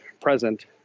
present